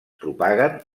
propaguen